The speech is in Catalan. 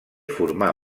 formà